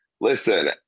listen